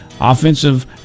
Offensive